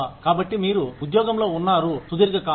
కాబట్టి మీరు ఉద్యోగంలో ఉన్నారు సుదీర్ఘకాలం